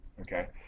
Okay